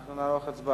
אנחנו נערוך הצבעה.